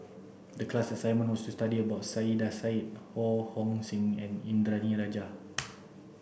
the class assignment was to study about Saiedah Said Ho Hong Sing and Indranee Rajah